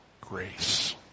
grace